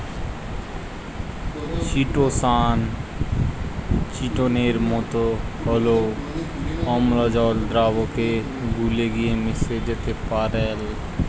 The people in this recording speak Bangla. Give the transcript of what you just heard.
চিটোসান চিটোনের মতো হলেও অম্লজল দ্রাবকে গুলে গিয়ে মিশে যেতে পারেল